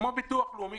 כמו ביטוח לאומי,